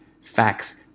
facts